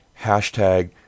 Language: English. hashtag